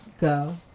go